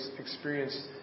experience